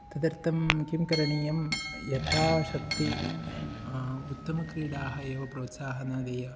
तदर्थं किं करणीयं यथाशक्तिः उत्तमक्रीडाः एव प्रोत्साहना देया